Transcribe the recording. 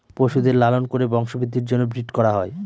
পশুদের লালন করে বংশবৃদ্ধির জন্য ব্রিড করা হয়